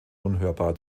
unhörbar